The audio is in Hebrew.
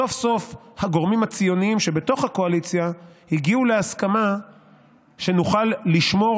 סוף-סוף הגורמים הציוניים שבתוך הקואליציה הגיעו להסכמה שנוכל לשמור